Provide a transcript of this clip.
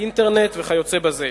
האינטרנט וכיוצא בזה.